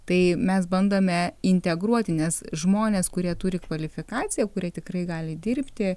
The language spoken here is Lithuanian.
tai mes bandome integruoti nes žmonės kurie turi kvalifikaciją kurie tikrai gali dirbti